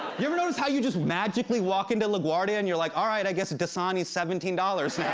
you ever notice how you just magically walk into laguardia and you're like, all right, i guess dasani is seventeen dollars now?